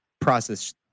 process